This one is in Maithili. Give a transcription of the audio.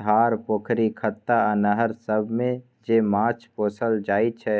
धार, पोखरि, खत्ता आ नहर सबमे जे माछ पोसल जाइ छै